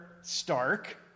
stark